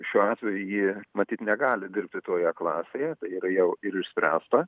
šiuo atveju ji matyt negali dirbti toje klasėje tai yra jau ir išspręsta